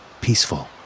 peaceful